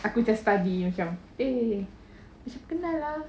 aku just study macam eh macam kenal lah